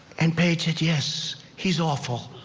and page said yes, he is awful.